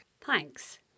Thanks